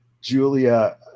julia